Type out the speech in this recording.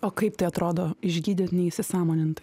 o kaip tai atrodo išgydyt ne įsisąmonint